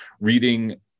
reading